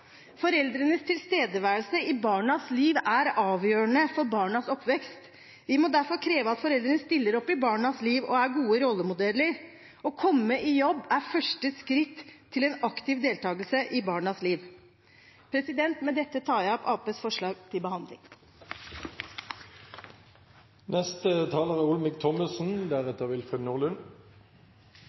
Foreldrenes tilstedeværelse i barnas liv er avgjørende for barnas oppvekst. Vi må derfor kreve at foreldrene stiller opp i barnas liv og er gode rollemodeller. Å komme i jobb er første skritt til en aktiv deltakelse i barnas liv. Med de foreslåtte endringene i introduksjonsloven inviterer regjeringen Stortinget til